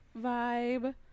vibe